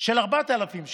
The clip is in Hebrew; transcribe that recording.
של 4,000 שקל,